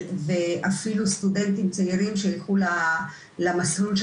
ואפילו סטודנטים צעירים שילכו למסלול של